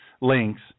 links